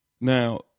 Now